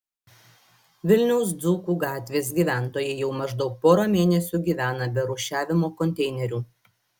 vilniaus dzūkų gatvės gyventojai jau maždaug porą mėnesių gyvena be rūšiavimo konteinerių